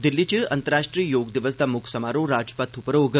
दिल्ली च अंतर्राश्ट्री योग दिवस दा मुक्ख समारोह राजपथ पर होग